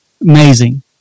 amazing